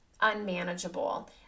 unmanageable